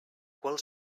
qual